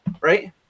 right